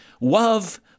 love